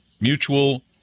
mutual